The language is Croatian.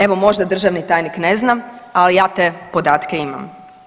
Evo možda državni tajnik ne zna, ali ja te podatke imam.